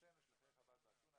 לשמחתנו שליחי חב"ד באתונה,